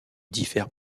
diffèrent